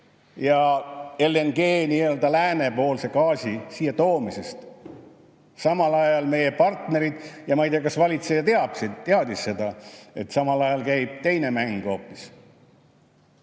ja nii-öelda läänepoolse LNG-gaasi siia toomisest, samal ajal meie partnerid ... Ma ei tea, kas valitseja teadis seda, et samal ajal käib hoopis